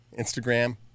Instagram